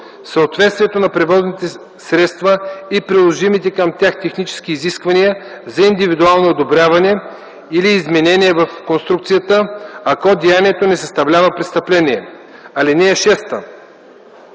съответствието на превозните средства и приложимите към тях технически изисквания за индивидуално одобряване или изменение в конструкцията, ако деянието не съставлява престъпление. (6)